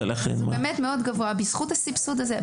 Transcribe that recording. זה גבוה בזכות הסבסוד הזה.